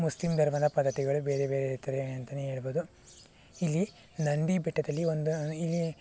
Muslim ಧರ್ಮದ ಪದ್ಧತಿಗಳು ಬೇರೆ ಬೇರೆ ಇರುತ್ತದೆ ಅಂತಲೇ ಹೇಳಬಹುದು ಇಲ್ಲಿ ನಂದಿ ಬೆಟ್ಟದಲ್ಲಿ ಒಂದು ಇಲ್ಲಿ